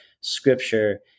scripture